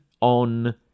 on